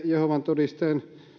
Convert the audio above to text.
jehovan todistajien